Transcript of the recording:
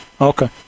Okay